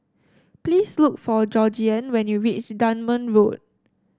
please look for Georgeann when you reach Dunman Road